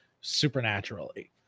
supernaturally